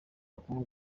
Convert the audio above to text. butumwa